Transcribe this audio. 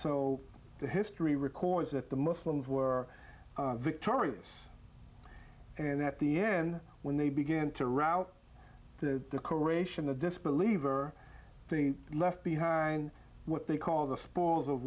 so the history records that the muslims were victorious and that the end when they began to route to the corporation the disbeliever thing left behind what they call the spores of